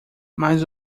mas